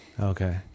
Okay